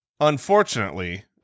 unfortunately